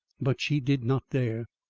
but she did not dare.